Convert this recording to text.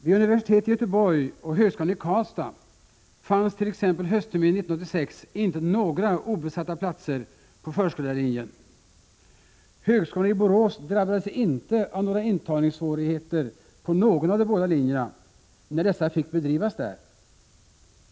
Vid universitetet i Göteborg och högskolan i Karlstad fanns t.ex. höstterminen 1986 inte några obesatta platser på förskollärarlinjen. Högskolan i Borås drabbades inte av några intagningssvårigheter på någon av de båda linjerna, när dessa fick bedrivas där.